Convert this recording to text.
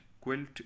quilt